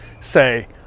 say